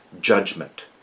judgment